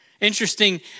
Interesting